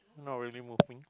not really moving